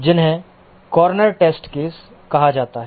जिन्हें corner test case कहा जाता है